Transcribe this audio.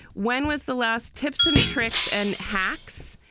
when was the last tips and tricks and hacks?